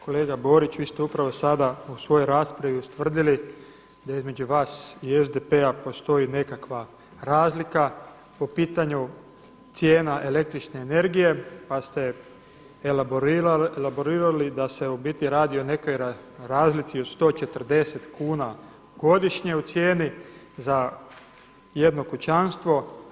Kolega Borić, vi ste upravo sada u svojoj raspravi ustvrdili da između vas i SDP-a postoji nekakav razlika po pitanju cijena električne energije pa ste elaborirali da se u biti radi o nekoj razlici od 140 kuna godišnje u cijeni za jedno kućanstvo.